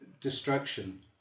destruction